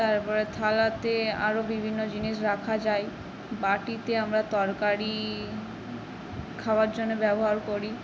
তারপরে থালাতে আরও বিভিন্ন জিনিস রাখা যায় বাটিতে আমরা তরকারি খাওয়ার জন্যে ব্যবহার করি